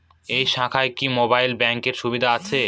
এই শাখায় কি মোবাইল ব্যাঙ্কের সুবিধা আছে?